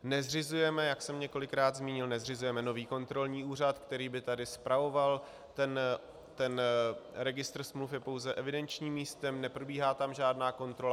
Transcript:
Nezřizujeme, jak jsem několikrát zmínil, nezřizujeme nový kontrolní úřad, který by tady spravoval, ten registr smluv je pouze evidenčním místem, neprobíhá tam žádná kontrola.